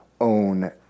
own